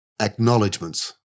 Acknowledgements